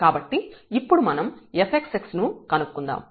కాబట్టి ఇప్పుడు మనం fxxను కనుక్కుందాం